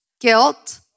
Guilt